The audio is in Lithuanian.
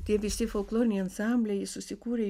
tie visi folkloriniai ansambliai susikūrė